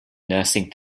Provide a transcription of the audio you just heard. nursing